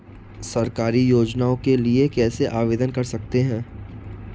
सरकारी योजनाओं के लिए कैसे आवेदन कर सकते हैं?